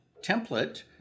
template